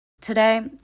Today